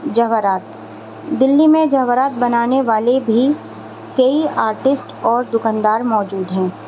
جواہرات دلی میں جواہرات بنانے والے بھی کئی آرٹسٹ اور دوکاندار موجود ہیں